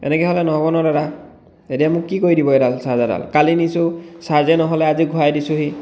এনেকৈ হ'লে নহ'ব নহয় দাদা এতিয়া মোক কি কৰি দিব এইডাল চাৰ্জাৰডাল কালি নিছোঁ চাৰ্জেই নহ'লে আজি ঘূৰাই দিছোঁহি